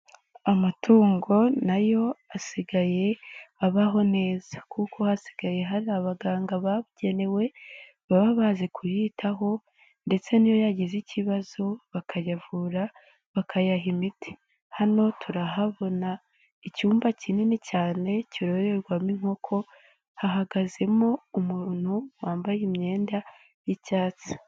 Amatungo na yo asigaye abaho neza kuko hasigaye hari abaganga babugenewe baba bazi kuyitaho ndetse niyo yagize ikibazo bakayavura bakayaha imiti. Hano turahabona icyumba kinini cyane cyororerwamo inkoko hahagazemo umuntu wambaye imyenda y'icyatsi.